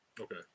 okay